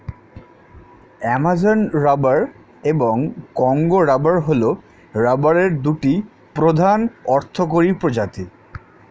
Amazon rubber এবং Congo rubber হল রাবারের দুটি প্রধান অর্থকরী প্রজাতি